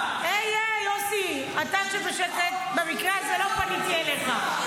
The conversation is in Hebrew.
--- הי, יוסי, במקרה הזה לא פניתי אליך.